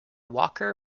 walker